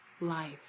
life